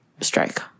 strike